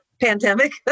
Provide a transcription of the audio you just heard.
pandemic